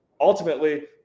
ultimately